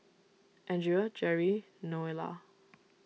andrea Jeri Noelia